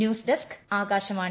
news desk Akashvani